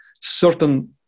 certain